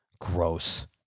Gross